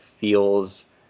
feels